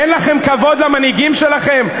אין לכם כבוד למנהיגים שלכם?